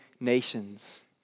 nations